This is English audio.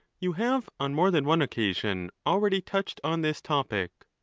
you have, on more than one occasion, already touched on this topic.